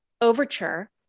overture